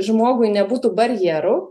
žmogui nebūtų barjeru